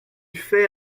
fait